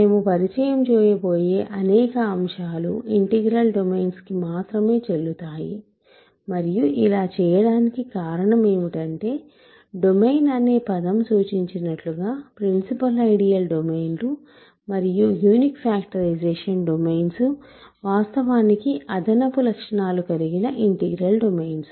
మేము పరిచయం చేయబోయే అనేక అంశాలు ఇంటిగ్రల్ డొమైన్స్ కు మాత్రమే చెల్లుతాయి మరియు ఇలా చేయడానికి కారణం ఏమిటంటే డొమైన్ అనే పదం సూచించినట్లుగా ప్రిన్సిపల్ ఐడియల్ డొమైన్లు మరియు యూనిక్ ఫాక్టరైజేషన్ డొమైన్స్వాస్తవానికి అదనపు లక్షణాలు కలిగిన ఇంటిగ్రల్ డొమైన్స్